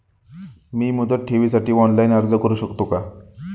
मी मुदत ठेवीसाठी ऑनलाइन अर्ज करू शकतो का?